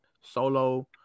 solo